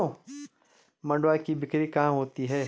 मंडुआ की बिक्री कहाँ होती है?